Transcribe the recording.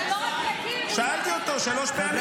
--- הוא לא רק מכיר --- שאלתי אותו שלוש פעמים.